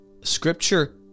Scripture